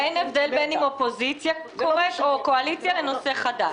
ואין הבדל בין אם אופוזיציה או קואליציה קוראת לנושא חדש.